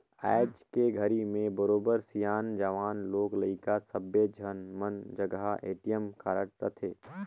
आयज के घरी में बरोबर सियान, जवान, लोग लइका सब्बे झन मन जघा ए.टी.एम कारड रथे